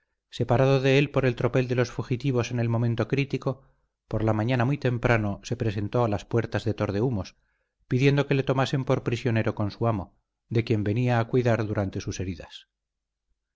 separado de él por el tropel de los fugitivos en el momento crítico por la mañana muy temprano se presentó a las puertas de tordehumos pidiendo que le tomasen por prisionero con su amo de quien venía a cuidar durante sus heridas